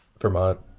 Vermont